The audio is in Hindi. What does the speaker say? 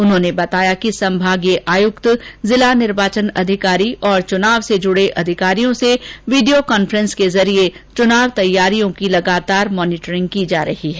उन्होंने बताया कि संभागीय आयुक्त जिला जिला निर्वाचन अधिकारी और चुनाव से जुड़े अधिकारियों से वीडियो कॉन्फ्रेसिंग के जरिए चुनावी तैयारियों की लगातार मॉनीटरिंग की जा रही है